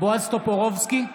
בועז טופורובסקי,